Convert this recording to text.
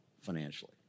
financially